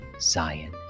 Zion